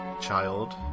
child